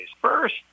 First